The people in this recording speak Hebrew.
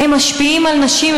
משפיעים על נשים,